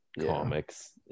comics